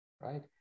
right